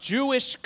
Jewish